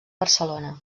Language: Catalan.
barcelona